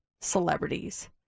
celebrities